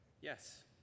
yes